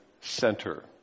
Center